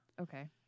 Okay